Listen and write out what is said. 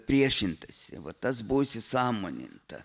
priešintasi va tas buvo įsisąmoninta